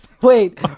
wait